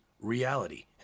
reality